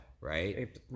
Right